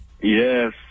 Yes